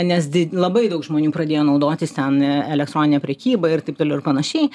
nes di labai daug žmonių pradėjo naudotis ten elektronine prekyba ir taip toliau ir panašiai